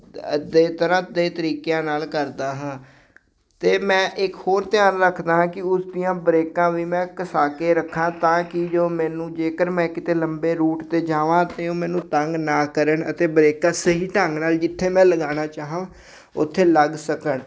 ਅਤੇ ਤਰ੍ਹਾਂ ਦੇ ਤਰੀਕਿਆਂ ਨਾਲ ਕਰਦਾ ਹਾਂ ਅਤੇ ਮੈਂ ਇੱਕ ਹੋਰ ਧਿਆਨ ਰੱਖਦਾ ਕਿ ਉਸਦੀਆਂ ਬਰੇਕਾਂ ਵੀ ਮੈਂ ਘਸਾ ਕੇ ਰੱਖਾਂ ਤਾਂ ਕਿ ਜੋ ਮੈਨੂੰ ਜੇਕਰ ਮੈਂ ਕਿਤੇ ਲੰਬੇ ਰੂਟ 'ਤੇ ਜਾਵਾਂ ਅਤੇ ਉਹ ਮੈਨੂੰ ਤੰਗ ਨਾ ਕਰਨ ਅਤੇ ਬਰੇਕਾਂ ਸਹੀ ਢੰਗ ਨਾਲ ਜਿੱਥੇ ਮੈਂ ਲਗਾਉਣਾ ਚਾਹਾਂ ਉੱਥੇ ਲੱਗ ਸਕਣ